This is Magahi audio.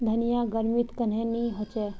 धनिया गर्मित कन्हे ने होचे?